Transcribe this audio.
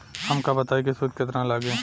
हमका बताई कि सूद केतना लागी?